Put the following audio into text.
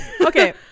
Okay